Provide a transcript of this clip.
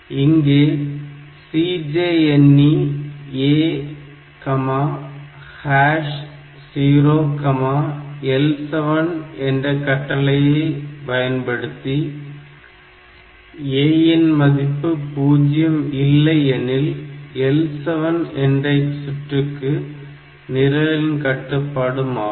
இங்கே CJNE A0 L7 என்ற கட்டளையை பயன்படுத்தி A இன் மதிப்பு 0 இல்லை எனில் L7 என்ற சுற்றுக்கு நிரலின் கட்டுப்பாடு மாறும்